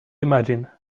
imagine